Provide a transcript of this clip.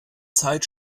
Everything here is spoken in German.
zeit